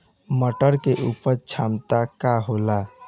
मटर के उपज क्षमता का होला?